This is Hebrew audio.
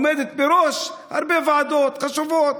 ועומדת בראש הרבה ועדות חשובות.